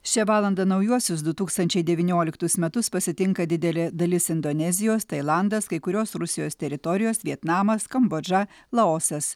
šią valandą naujuosius du tūkstančiai devynioliktus metus pasitinka didelė dalis indonezijos tailandas kai kurios rusijos teritorijos vietnamas kambodža laosas